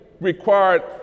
required